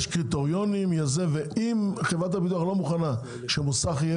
יש קריטריונים ואם חברת הביטוח לא מוכנה שמוסך יהיה